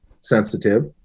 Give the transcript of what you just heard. sensitive